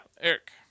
Eric